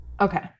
okay